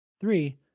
Three